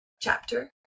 chapter